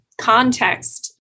context